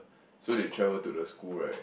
so they travel to the school right